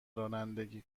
رانندگی